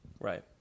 Right